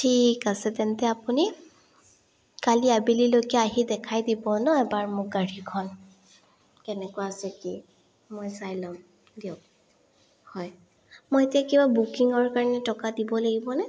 ঠিক আছে তেন্তে আপুনি কালি আবেলিলৈকে আহি দেখাই দিব ন এবাৰ মোক গাড়ীখন কেনেকুৱা আছে কি মই চাই ল'ম দিয়ক হয় মই এতিয়া কিবা বুকিঙৰ কাৰণে টকা দিব লাগিবনে